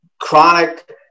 chronic